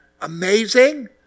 amazing